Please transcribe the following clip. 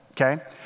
okay